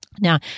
now